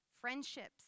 Friendships